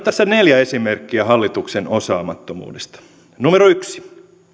tässä neljä esimerkkiä hallituksen osaamattomuudesta yksi